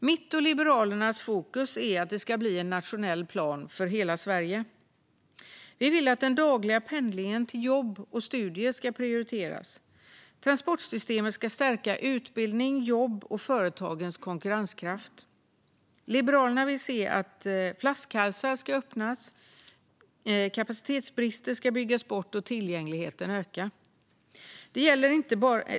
Mitt och Liberalernas fokus är att det ska bli en nationell plan för hela Sverige. Vi vill att den dagliga pendlingen till jobb och studier ska prioriteras. Transportsystemet ska stärka utbildning, jobb och företagens konkurrenskraft. Liberalerna vill se att flaskhalsar öppnas, kapacitetsbrister byggs bort och tillgängligheten ökar.